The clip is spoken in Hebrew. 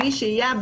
בלי שהייה,